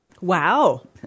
Wow